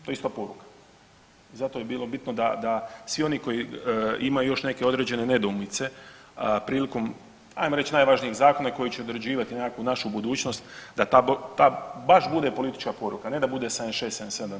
To je isto poruka, zato bi bilo bitno da svi oni koji imaju još neke određene nedoumice prilikom hajdemo reći najvažnijih zakona koji će određivati nekakvu našu budućnost da ta baš bude politička poruka, ne da bude 76, 77 ruku.